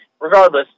regardless